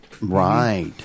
Right